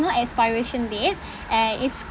no expiration date and it's